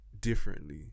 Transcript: differently